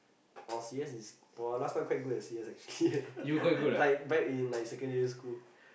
or C_S is !wah! last time quite good at C_S actually like back in like secondary school